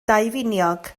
daufiniog